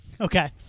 Okay